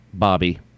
Bobby